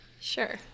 Sure